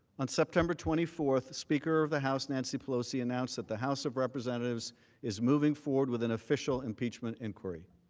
on september twenty four, speaker of the house nancy pelosi announced that the house of representatives is moving forward with an official impeachment inquiry.